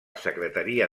secretaria